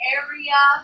area